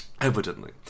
Evidently